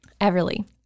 Everly